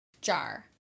jar